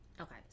Okay